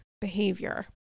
behavior